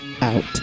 out